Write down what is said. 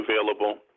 available